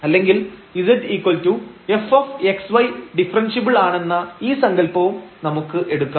അല്ലെങ്കിൽ z fxy differentiable ആണെന്ന ഈ സങ്കല്പവും നമുക്കെടുക്കാം